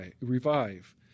revive